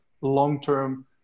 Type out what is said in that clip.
long-term